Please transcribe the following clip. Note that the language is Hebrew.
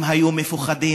הם היו מפוחדים,